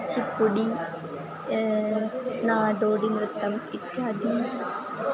कुचिप्पुडि नाडोडिनृत्तम् इत्यादि